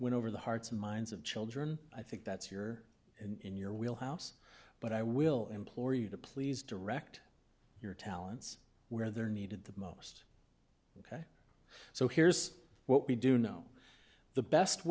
win over the hearts and minds of children i think that's your in your wheel house but i will implore you to please direct your talents where they're needed the most ok so here's what we do know the best